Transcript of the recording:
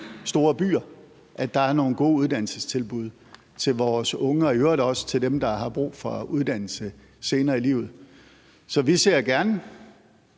store byer, der er nogle gode uddannelsestilbud til vores unge og i øvrigt også til dem, der har brug for uddannelse senere i livet. Så vi ser gerne,